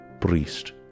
priest